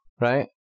right